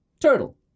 Turtle